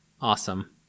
awesome